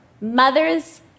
Mothers